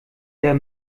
der